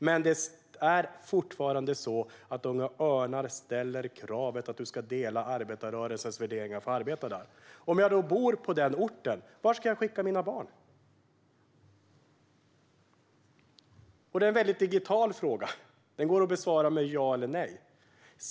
Men fortfarande är det så att Unga Örnar ställer krav på att man ska dela arbetarrörelsens värderingar för att arbeta där. Om jag då bor på denna ort, vart ska jag då skicka mina barn? Den frågan går att besvara med ett ja eller ett nej.